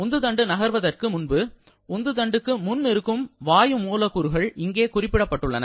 உந்துதண்டு நகர்வதற்கு முன்பு உந்துதண்டுக்கு முன் இருக்கும் வாயு மூலக்கூறுகள் இங்கே குறிப்பிடப்பட்டுள்ளன